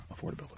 affordability